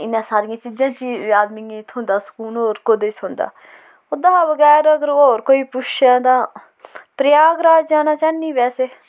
इनें सारियें चीजें च ही आदमियें थ्होंदा सकून होर कोह्दे च थ्होंदा ओह्दा हा बगैरा अगर होर कोई पुच्छै तां प्रयागराज जाना चाह्न्नी बैसे